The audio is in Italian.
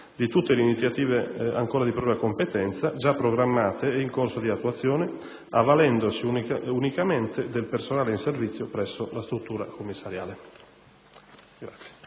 di tutte le iniziative ancora di propria competenza, già programmate ed in corso di attuazione, avvalendosi unicamente del personale in servizio presso la struttura commissariale.